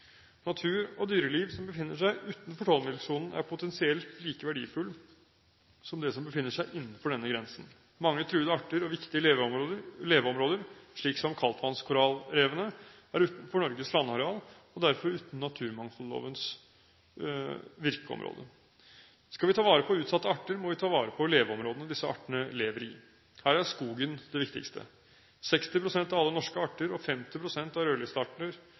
Natur og dyreliv som befinner seg utenfor 12-milssonen, er potensielt like verdifullt som det som befinner seg innenfor denne grensen. Mange truede arter og viktige leveområder, slik som kaldtvannskorallrevene, er utenfor Norges landareal og derfor utenfor naturmangfoldlovens virkeområde. Skal vi ta vare på utsatte arter, må vi ta vare på leveområdene til disse artene. Her er skogen det viktigste. 60 pst. av alle norske arter og 50 pst. av